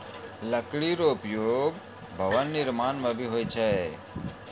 लकड़ी रो उपयोग भवन निर्माण म भी होय छै